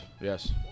Yes